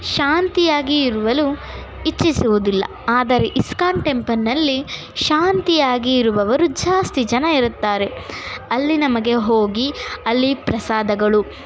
ಶಾಂತಿಯಾಗಿ ಇರಲು ಇಚ್ಛಿಸುವುದಿಲ್ಲ ಆದರೆ ಇಸ್ಕಾನ್ ಟೆಂಪಲ್ನಲ್ಲಿ ಶಾಂತಿಯಾಗಿ ಇರುವವರು ಜಾಸ್ತಿ ಜನ ಇರುತ್ತಾರೆ ಅಲ್ಲಿ ನಮಗೆ ಹೋಗಿ ಅಲ್ಲಿ ಪ್ರಸಾದಗಳು